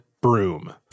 broom